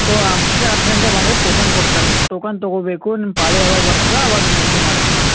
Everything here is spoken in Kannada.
ಟೋ ಮುಂಜಾನೆ ಹತ್ತು ಗಂಟೆಗೆ ಬಂದರೆ ಟೋಕನ್ ಕೊಡ್ತಾ ರೀ ಟೋಕನ್ ತೊಗೋಬೇಕು ನಿಮ್ಮ ಪಾಳಿ ಯಾವಾಗ ಬರತ್ತೆ ಆವಾಗ ನಾವು ಇದು ಮಾಡ್ತೀವಿ